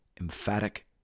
emphatic